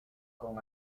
con